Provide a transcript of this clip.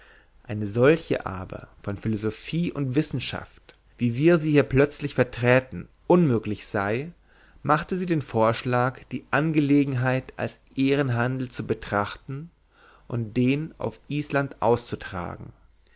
eine solche aber von philosophie und wissenschaft wie wir sie hier plötzlich verträten unmöglich sei machte sie den vorschlag die angelegenheit als ehrenhandel zu betrachten und den auf island auszutragen